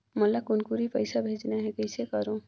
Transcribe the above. मोला कुनकुरी पइसा भेजना हैं, कइसे करो?